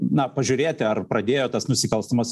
na pažiūrėti ar pradėjo tas nusikalstamas